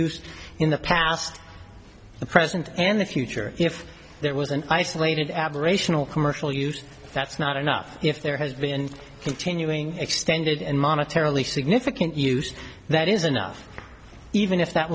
used in the past the present and the future if there was an isolated aberrational commercial use that's not enough if there has been continuing extended in monetary only significant use that is enough even if that